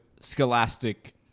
scholastic